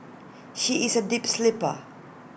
she is A deep sleeper